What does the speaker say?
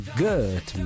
good